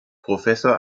professor